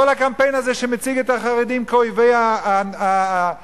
כל הקמפיין הזה שמציג את החרדים כאויבי האור,